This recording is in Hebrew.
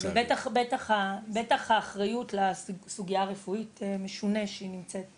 בטח האחריות לסוגייה הרפואית משונה שהיא נמצאת אצלנו.